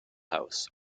house